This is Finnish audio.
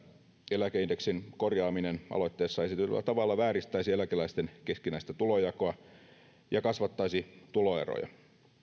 eläkeindeksin korjaaminen aloitteessa esitetyllä tavalla vääristäisi eläkeläisten keskinäistä tulonjakoa ja kasvattaisi tuloeroja